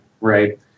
right